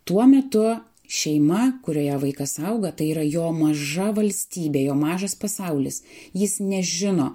tuo metu šeima kurioje vaikas auga tai yra jo maža valstybė jo mažas pasaulis jis nežino